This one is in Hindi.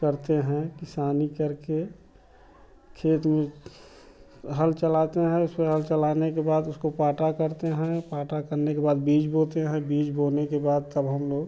करते हैं किसानी करके खेत में हल चलाते हैं उसमें हल चलाने के बाद उसको पाटा करते हैं पाटा करने के बाद बीज बोते हैं बीज बोने के बाद तब हम लोग